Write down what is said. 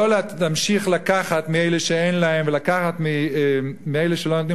לא להמשיך לקחת מאלה שאין להם ולקחת מאלה שלא נותנים